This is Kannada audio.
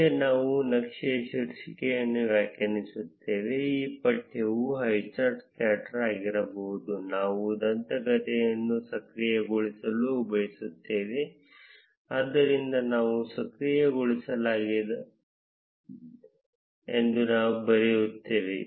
ಮುಂದೆ ನಾವು ನಕ್ಷೆಯ ಶೀರ್ಷಿಕೆಯನ್ನು ವ್ಯಾಖ್ಯಾನಿಸುತ್ತೇವೆ ಮತ್ತು ಪಠ್ಯವು ಹೈಚಾರ್ಟ್ ಸ್ಕ್ಯಾಟರ್ ಆಗಿರಬಹುದು ನಾವು ದಂತಕಥೆಯನ್ನು ಸಕ್ರಿಯಗೊಳಿಸಲು ಬಯಸುತ್ತೇವೆ ಆದ್ದರಿಂದ ನಾವು ಸಕ್ರಿಯಗೊಳಿಸಲಾಗಿದೆ ಎಂದು ಬರೆಯುತ್ತೇವೆ